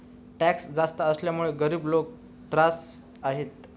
tax जास्त असल्यामुळे गरीब लोकं त्रस्त आहेत